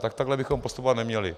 Tak takhle bychom postupovat neměli.